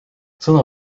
sõna